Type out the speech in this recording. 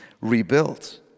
rebuilt